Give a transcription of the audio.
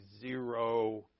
zero